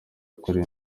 akora